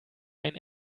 ein